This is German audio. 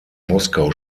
moskau